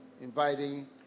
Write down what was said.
inviting